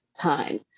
time